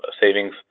savings